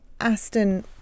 Aston